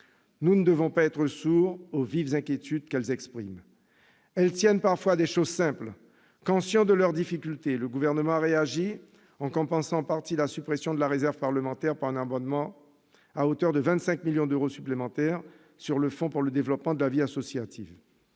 Nous ne devons pas être sourds aux vives inquiétudes qu'elles expriment. Elles tiennent parfois à des choses simples. Conscient de leurs difficultés, le Gouvernement a réagi en compensant en partie la suppression de la réserve parlementaire par un abondement à hauteur de 25 millions d'euros supplémentaires sur le Fonds pour le développement de la vie associative.